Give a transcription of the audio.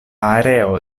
areo